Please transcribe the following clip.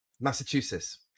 massachusetts